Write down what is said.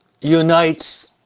unites